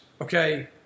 okay